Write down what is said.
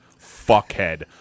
fuckhead